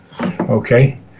okay